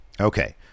Okay